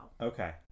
Okay